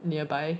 nearby